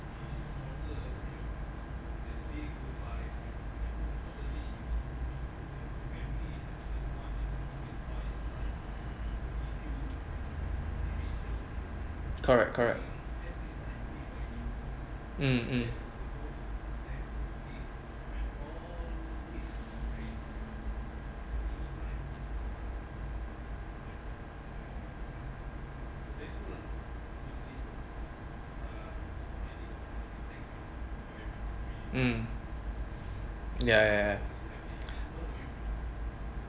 correct correct mm mm mm ya ya ya